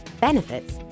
benefits